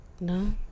No